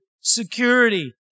security